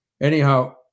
Anyhow